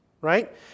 right